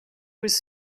was